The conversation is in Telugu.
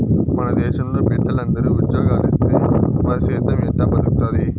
మన దేశంలో బిడ్డలందరూ ఉజ్జోగాలిస్తే మరి సేద్దెం ఎట్టా బతుకుతాది